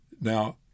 Now